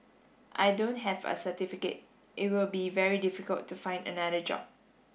I don't have a certificate it will be very difficult to find another job